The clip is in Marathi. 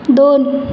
दोन